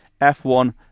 F1